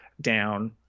down